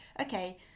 okay